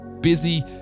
busy